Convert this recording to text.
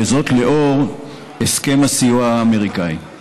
וזאת לאור הסכם הסיוע האמריקני.